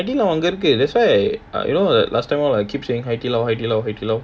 hai di lao அங்க இருக்கு:anga irukku that's why last time all I keep saying hai di lao hai di lao hai di lao